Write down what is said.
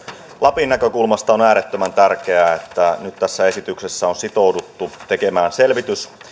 lapin näkökulmasta on äärettömän tärkeää että nyt tässä esityksessä on sitouduttu tekemään selvitys